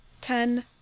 Ten